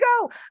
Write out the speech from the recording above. go